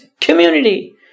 community